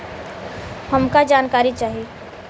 हमका जानकारी चाही?